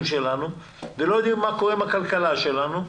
שלנו ולא יודעים מה קורה עם הכלכלה שלנו,